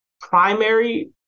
primary